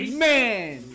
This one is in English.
man